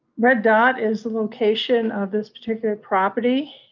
red dot is the location of this particular property,